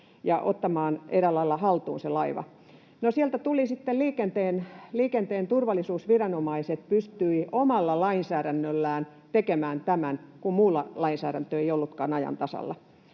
ja ottamaan eräällä lailla haltuun se laiva. No, sieltä tulivat sitten liikenteen turvallisuusviranomaiset, jotka pystyivät omalla lainsäädännöllä tekemään tämän, kun muilla lainsäädäntö ei ollutkaan ajan tasalla.